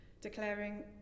declaring